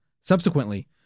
Subsequently